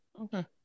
okay